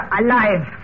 alive